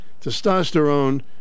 testosterone